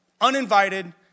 uninvited